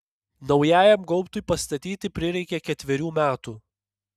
naujajam gaubtui pastatyti prireikė ketverių metų